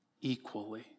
equally